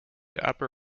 upper